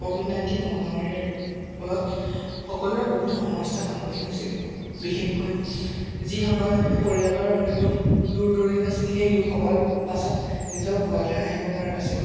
Covid nineteen মহামাৰীৰ ফলত সকলোৰে বহুতো সমস্যা সন্মুখীন হৈছিল বিশেষকৈ যিসকল পৰিয়ালৰ লোক দূৰ দূৰণিত আছিল সেই লোকসকল পাছত নিজৰ ঘৰলৈ আহিব পৰা নাছিল